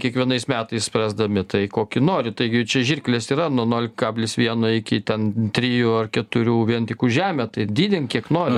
kiekvienais metais spręsdami tai kokį nori taigi čia žirklės yra nuo nol kablis vieno iki ten trijų ar keturių vien tik už žemę tai didink kiek nori